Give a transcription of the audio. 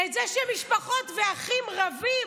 את זה שמשפחות ואחים רבים?